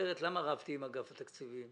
אחרת למה רבתי עם אגף התקציבים,